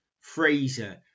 Fraser